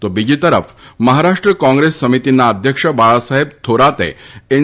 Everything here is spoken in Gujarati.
તો બીજી તરફ મહારાષ્ટ્ર કોંગ્રેસ સમિતિના અધ્યક્ષ બાળાસાહેબ થોરાતે એન